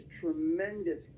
tremendous